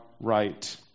right